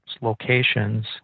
locations